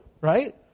right